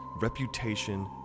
reputation